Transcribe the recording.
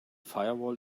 firewall